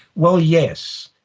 well yes,